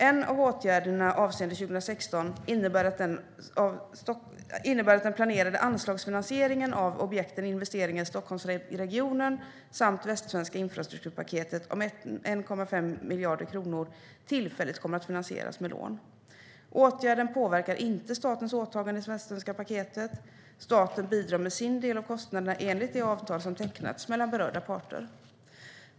En av åtgärderna avseende 2016 innebär att den planerade anslagsfinansieringen av objekten Investeringar i Stockholmsregionen samt Västsvenska infrastrukturpaketet om 1,5 miljarder kronor tillfälligt kommer att finansieras med lån. Åtgärden påverkar inte statens åtagande i Västsvenska paketet. Staten bidrar med sin del av kostnaderna enligt det avtal som tecknats mellan berörda parter.